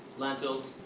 lentils,